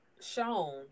shown